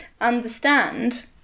understand